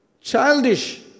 Childish